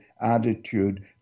attitude